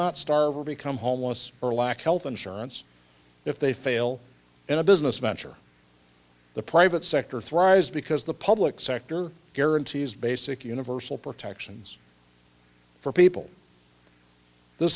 not starve or become homeless or lack health insurance if they fail in a business venture the private sector thrives because the public sector guarantees basic universal protections for people the